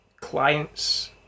clients